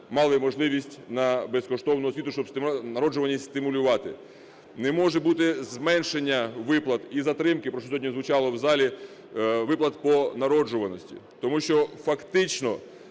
мали можливість на безкоштовну освіту. Щоб народжуваність стимулювати. Не може бути зменшення виплат і затримки, про що сьогодні звучало в залі, виплат по народжуваності. Тому що фактично